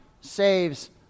saves